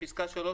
בפסקה (3),